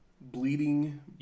bleeding